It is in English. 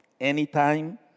Anytime